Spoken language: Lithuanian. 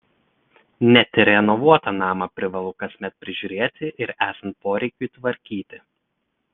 net ir renovuotą namą privalu kasmet prižiūrėti ir esant poreikiui tvarkyti